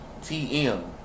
TM